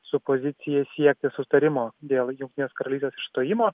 su pozicija siekti sutarimo dėl jungtinės karalystės išstojimo